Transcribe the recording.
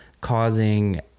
causing